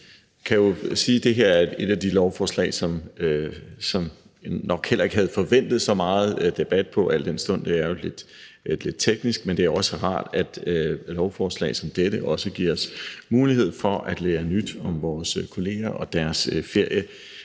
Man kan jo sige, at det her er et af de lovforslag, som jeg nok heller ikke havde forventet så meget debat om, al den stund at det jo er lidt teknisk. Men det er også rart, at lovforslag som dette giver os mulighed for at lære nyt om vores kolleger og deres